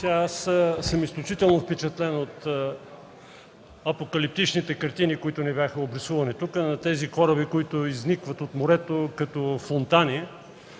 (КБ): Изключително съм впечатлен от апокалиптичните картини, които ни бяха обрисувани тук – на корабите, които изникват от морето като фонтани.